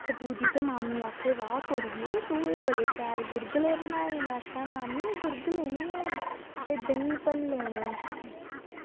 ते बूजी ते मामी आक्खै वाह् कुड़िये तू एह् बड़े शैल गुरगले बनाए में आक्खेआ मामी ए्ह् गुरगुले निं हैन एह् देहीं भल्ले न